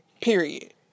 Period